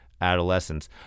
adolescence